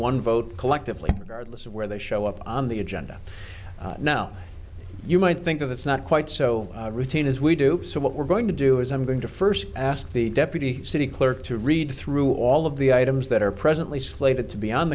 one vote collectively regardless of where they show up on the agenda now you might think that it's not quite so routine as we do so what we're going to do is i'm going to first ask the deputy city clerk to read through all of the items that are presently slated to be on